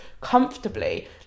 comfortably